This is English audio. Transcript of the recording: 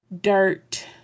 dirt